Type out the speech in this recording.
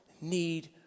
need